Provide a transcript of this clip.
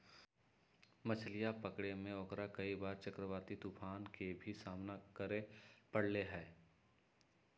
मछलीया पकड़े में ओकरा कई बार चक्रवाती तूफान के भी सामना करे पड़ले है